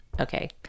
Okay